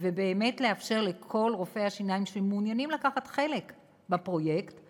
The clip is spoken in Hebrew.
ובאמת לאפשר לכל רופאי השיניים שמעוניינים לקחת חלק בפרויקט לעשות זאת,